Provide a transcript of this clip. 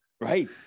right